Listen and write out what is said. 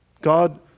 God